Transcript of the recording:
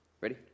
Ready